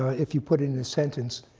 ah if you put in a sentence,